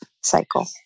cycle